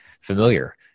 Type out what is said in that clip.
familiar